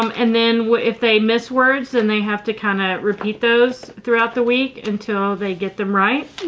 um and then if they miss words than they have to kind of repeat those through out the week until they get them right.